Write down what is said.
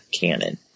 canon